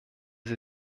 sie